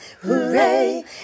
hooray